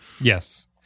Yes